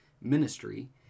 ministry